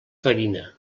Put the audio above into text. farina